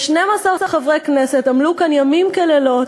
ו-12 חברי כנסת עמלו כאן ימים ולילות,